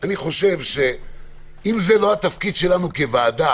אני חושב שאם זה לא התפקיד שלנו כוועדה